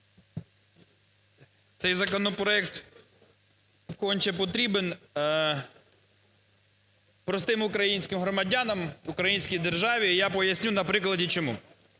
Цей законопроект конче потрібен простим українським громадянам, українській державі. І я поясню на прикладі, чому.